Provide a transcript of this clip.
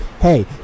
Hey